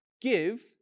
give